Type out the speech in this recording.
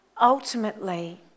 ultimately